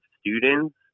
students